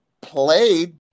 played